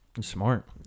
smart